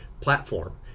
platform